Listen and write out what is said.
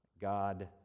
God